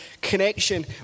connection